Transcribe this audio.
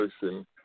person